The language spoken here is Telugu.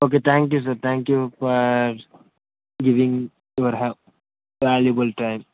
okay thank you sir thank you for giving your valuable time